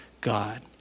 God